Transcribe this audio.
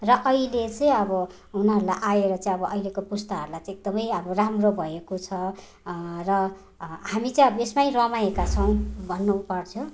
र अहिले चाहिँ अब उनीहरूलाई आएर चाहिँ अब अहिलेको पुस्ताहरूलाई चाहिँ एकदमै अब राम्रो भएको छ र हामी चाहिँ अब यसमै रमाएका छौँ भन्नु पर्छ